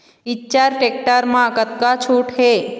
Eicher tractor म कतका छूट हे?